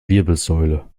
wirbelsäule